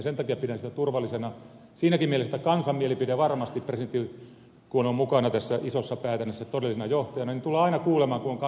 sen takia pidän sitä turvallisena siinäkin mielessä että kansan mielipide varmasti presidentti kun on mukana tässä isossa päätännässä todellisena johtajana tulee aina kuulumaan kun on kansanvaalista kysymys